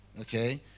Okay